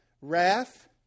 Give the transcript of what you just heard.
wrath